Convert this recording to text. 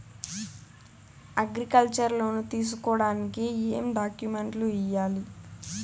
Agriculture loan తీసుకోడానికి ఏం డాక్యుమెంట్లు ఇయ్యాలి?